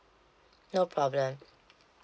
no problem